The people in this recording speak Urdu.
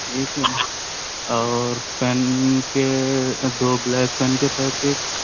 ٹھیک ہے اور پین کے دو بلیک پین کے پیکٹ